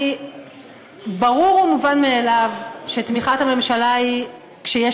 ברור ומובן מאליו שתמיכת הממשלה היא כשיש